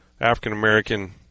African-American